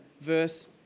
verse